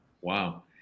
Wow